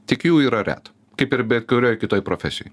tik jų yra reta kaip ir bet kurioj kitoj profesijoj